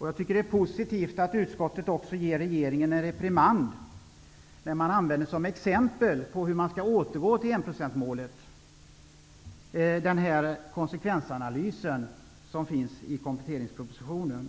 Jag tycker att det är positivt att utskottet också ger regeringen en reprimand. Som exempel på hur man skall återgå till enprocentsmålet använder man den konsekvensanalys som finns i kompletteringspropositionen.